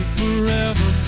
forever